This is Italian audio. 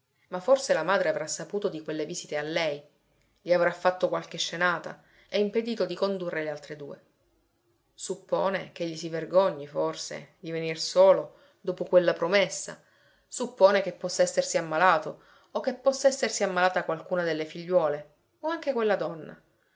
ma forse la madre avrà saputo di quelle visite a lei gli avrà fatto qualche scenata e impedito di condurre le altre due suppone ch'egli si vergogni forse di venir solo dopo quella promessa suppone che possa essersi ammalato o che possa essersi ammalata qualcuna delle figliuole o anche quella donna